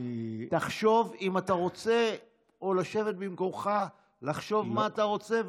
תחשוב אם אתה רוצה לשבת במקומך ולחשוב מה אתה רוצה,